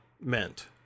meant